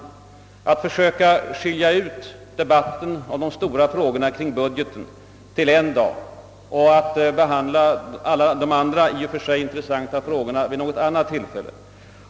Vi borde försöka skilja ut debatten om de stora frågorna kring budgeten till en dag och behandla alla de andra, i och för sig intressanta spörsmålen vid något annat tillfälle.